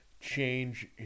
change